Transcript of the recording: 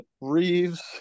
Reeves